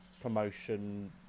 promotion